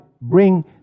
bring